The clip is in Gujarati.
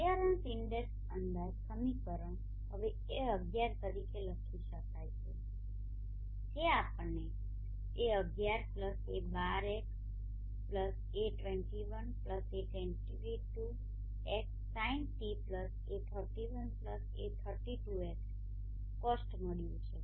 ક્લિયરન્સ ઇન્ડેક્સ અંદાજ સમીકરણ હવે a11 તરીકે લખી શકાય છે જે આપણને a11a12xa21a22x sinτa31a32xcosτ મળ્યુ છે